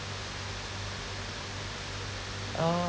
oh